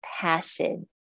passion